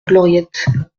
gloriette